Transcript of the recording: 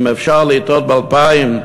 אם אפשר לטעות ב-2012,